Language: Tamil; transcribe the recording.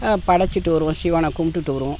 படைச்சிட்டு வருவோம் சிவனை கும்பிட்டுட்டு வருவோம்